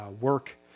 work